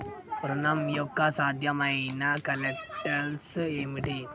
ఋణం యొక్క సాధ్యమైన కొలేటరల్స్ ఏమిటి?